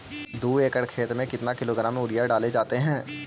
दू एकड़ खेत में कितने किलोग्राम यूरिया डाले जाते हैं?